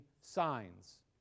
signs